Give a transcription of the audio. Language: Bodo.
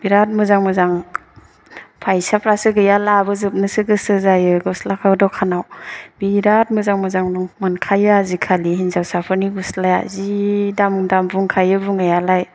बिराथ मोजां मोजां फाइसाफ्रासो गैया लाबोजोबनोसो गोसो जायो गस्लाखौ दखानाव बिराथ मोजां मोजां मोनखायो आजिखालि हिन्जावसाफोरनि गस्लाया जि दाम दाम बुंखायो बुंनायालाय